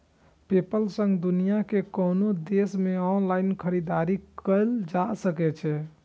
PayPal सं दुनिया के कोनो देश मे ऑनलाइन खरीदारी कैल जा सकै छै